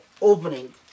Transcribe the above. opening